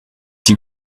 die